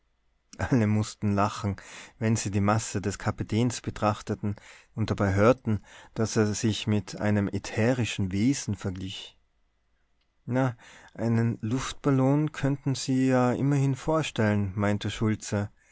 alle mußten lachen wenn sie die masse des kapitäns betrachteten und dabei hörten daß er sich einem ätherischen wesen verglich na einen luftballon könnten sie ja immerhin vorstellen meinte schultze